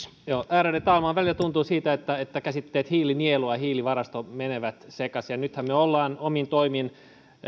ärade talman välillä tuntuu siltä että käsitteet hiilinielu ja hiilivarasto menevät sekaisin nythän me olemme omin toimin